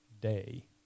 day